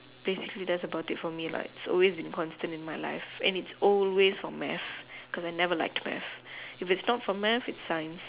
basically that's about it for me like it's always been constant in my life and it's always for math cause I never liked math if it's not for math it's science